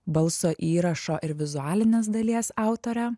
balso įrašo ir vizualinės dalies autorė